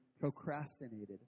procrastinated